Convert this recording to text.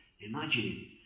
Imagine